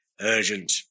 urgent